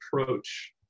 approach